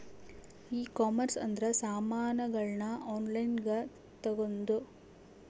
e commerce ಅಂದ್ರ ಸಾಮಾನಗಳ್ನ online ಗ ತಗೊಂದು